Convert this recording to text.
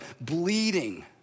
bleeding